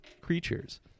creatures